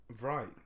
Right